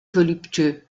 voluptueux